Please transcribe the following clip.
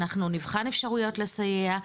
אנחנו נבחן אפשרויות לסייע,